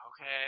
Okay